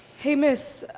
hey, miss,